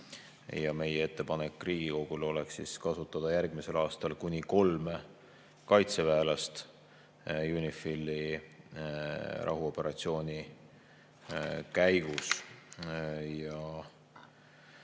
Meie ettepanek Riigikogule oleks kasutada järgmisel aastal kuni kolme kaitseväelast UNIFIL‑i rahuoperatsiooni käigus.